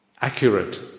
Accurate